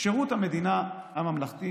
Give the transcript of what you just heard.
שירות המדינה הממלכתי